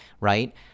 right